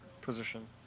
position